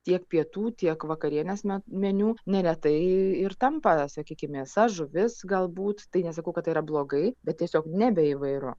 tiek pietų tiek vakarienės met meniu neretai ir tampa sakykim mėsa žuvis galbūt tai nesakau kad tai yra blogai bet tiesiog nebe įvairu